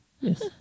Yes